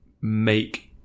make